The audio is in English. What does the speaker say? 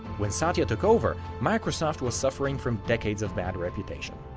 when satya took over, microsoft was suffering from decades of bad reputation,